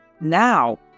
Now